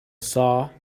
saw